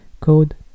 Code